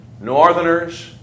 Northerners